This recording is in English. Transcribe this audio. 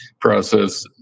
process